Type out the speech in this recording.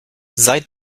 seit